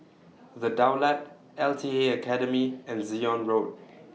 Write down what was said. The Daulat L T A Academy and Zion Road